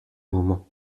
moment